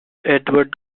edward